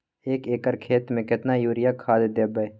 एक एकर खेत मे केतना यूरिया खाद दैबे?